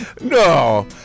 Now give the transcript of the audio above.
No